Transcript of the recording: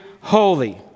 holy